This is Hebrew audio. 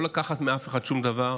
לא לקחת מאף אחד שום דבר,